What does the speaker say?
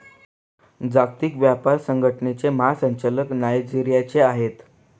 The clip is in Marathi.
जागतिक व्यापार संघटनेचे महासंचालक नायजेरियाचे आहेत